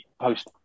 post